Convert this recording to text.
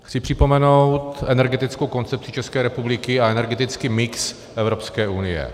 Chci připomenout energetickou koncepci České republiky a energetický mix Evropské unie.